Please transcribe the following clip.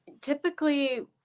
Typically